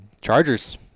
Chargers